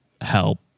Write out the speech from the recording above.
help